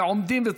ועומדים,